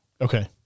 Okay